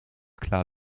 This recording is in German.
klar